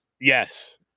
Yes